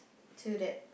to that